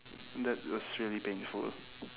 that was really painful